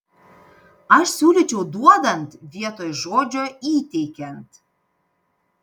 aš siūlyčiau duodant vietoj žodžio įteikiant